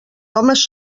homes